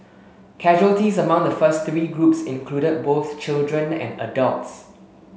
casualties among the first three groups included both children and adults